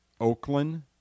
Oakland